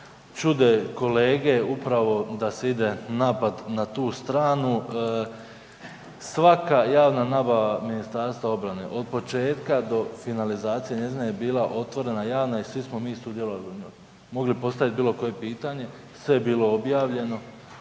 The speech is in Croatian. čude kolege upravo da se ide napad na tu stranu. Svaka javna nabava MORH-a od početka do finalizacije njezina je bila otvorena i javna i svi smo mi sudjelovali u njoj, mogli postaviti bilo koje pitanje, sve je bilo objavljeno,